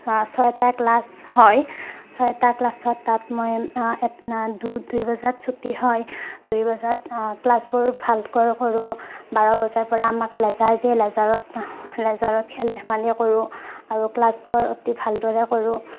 ছয়টা ক্লাছ হয় ছয়টা ক্লাছত তাত মই এট দুই দুই বজাত ছুটী হয় দুই বজাত ক্লাছবোৰ ভালকৈ কৰোঁ বাৰ বজাৰ পৰা আমাক লেজাৰ দিয়ে লেজাৰত লেজাৰত খেল ধেমালিও কৰোঁ আৰু ক্লাছবোৰ অতি ভালদৰে কৰোঁ